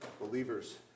believers